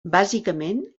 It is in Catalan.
bàsicament